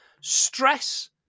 stress